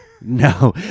No